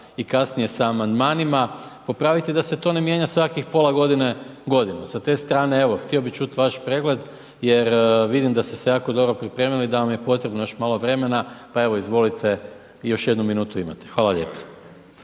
kasnije i sa amandmanima popraviti da se to ne mijenja svakih pola godine, godinu. Sa te strane evo htio bih čuti vaš pregled, jer vidim da ste se jako dobro pripremili i da vam je potrebno još malo vremena, pa evo izvolite još jednu minutu imate. Hvala lijepa.